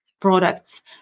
products